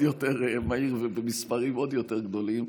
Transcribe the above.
יותר מהיר ובמספרים עוד יותר גדולים,